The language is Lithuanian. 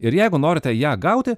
ir jeigu norite ją gauti